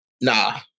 Nah